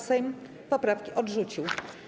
Sejm poprawki odrzucił.